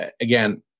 again